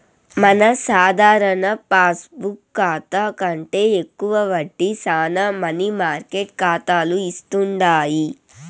మన సాధారణ పాస్బుక్ కాతా కంటే ఎక్కువ వడ్డీ శానా మనీ మార్కెట్ కాతాలు ఇస్తుండాయి